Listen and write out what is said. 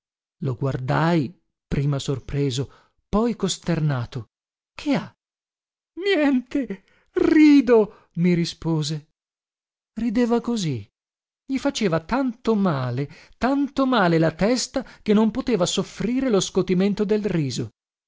lo guardai prima sorpreso poi costernato che ha niente rido mi rispose rideva così gli faceva tanto male tanto male la testa che non poteva soffrire lo scotimento del riso